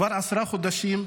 כבר עשרה חודשים,